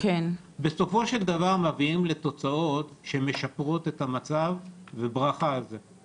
בסופו של דבר מביאות לתוצאות שמשפרות את המצב וברכה על זה.